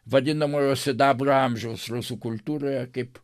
vadinamojo sidabro amžiaus rusų kultūroje kaip